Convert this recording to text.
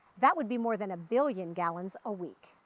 that would be more than a billion gallons a week.